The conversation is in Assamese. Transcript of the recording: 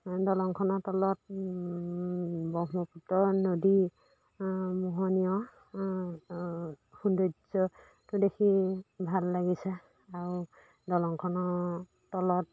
দলংখনৰ তলত ব্ৰহ্মপুত্ৰ নদী মহোহনীয় সৌন্দৰ্যটো দেখি ভাল লাগিছে আৰু দলংখনৰ তলত